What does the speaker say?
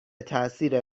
تأثیر